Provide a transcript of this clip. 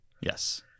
Yes